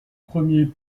premiers